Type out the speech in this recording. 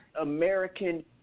American